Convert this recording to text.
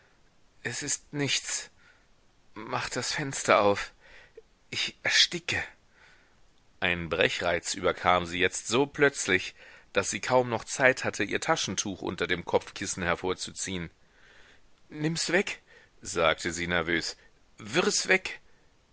es ist nichts mach das fenster auf ich ersticke ein brechreiz überkam sie jetzt so plötzlich daß sie kaum noch zeit hatte ihr taschentuch unter dem kopfkissen hervorzuziehen nimms weg sagte sie nervös wirfs weg